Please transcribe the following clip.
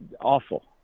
awful